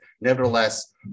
nevertheless